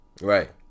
Right